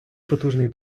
потужний